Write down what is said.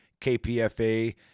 KPFA